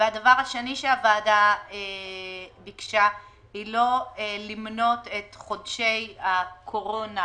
הדבר השני שהוועדה ביקשה הוא לא למנות את חודשי הקורונה